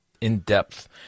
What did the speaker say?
in-depth